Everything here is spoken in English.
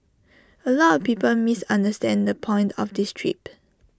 A lot of people misunderstand the point of this trip